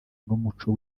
n’umuco